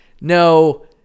no